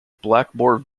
blackmore